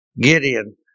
Gideon